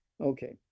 Okay